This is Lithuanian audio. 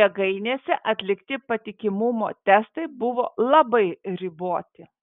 jėgainėse atlikti patikimumo testai buvo labai riboti